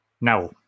Now